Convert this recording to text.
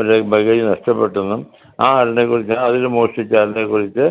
ഒരു ബാഗേജ് നഷ്ടപ്പെട്ടു എന്നും ആ ആളിനെ കുറിച്ച് അത് മോഷ്ടിച്ച ആളിനെ കുറിച്ച്